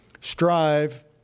strive